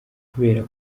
kubera